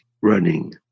running